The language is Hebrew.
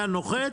היה נוחת,